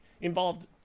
involved